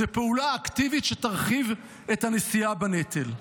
זה פעולה אקטיבית שתרחיב את הנשיאה בנטל.